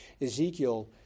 Ezekiel